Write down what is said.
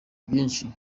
byinshi